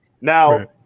now